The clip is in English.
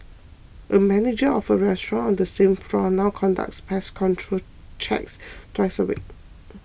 a manager of a restaurant on the same floor now conducts pest control checks twice a week